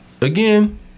Again